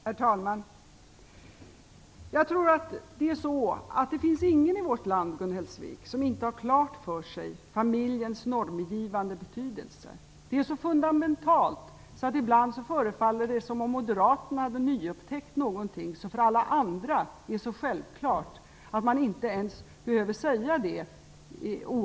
Herr talman! Jag tror att det inte finns någon i vårt land, Gun Hellsvik, som inte har familjens normgivande betydelse klar för sig. Det är så fundamentalt att det ibland förefaller som om moderaterna hade nyupptäckt någonting som för alla andra är så självklart att de inte oavbrutet behöver framhålla det.